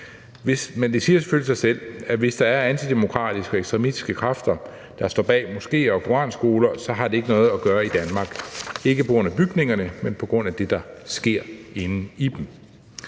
Men det siger jo selvfølgelig sig selv, at hvis der er antidemokratiske og ekstremistiske kræfter, der står bag moskéer og koranskoler, har det ikke noget at gøre i Danmark – ikke på grund af bygningerne, men på grund af det, der sker inde i dem.